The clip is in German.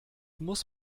muss